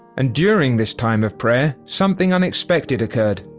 and during this time of prayer something unexpected occurred.